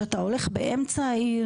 שאתה הולך באמצע העיר